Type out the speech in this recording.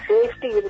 Safety